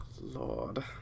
Lord